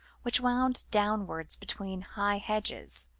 which wound downwards between high hedges,